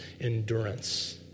endurance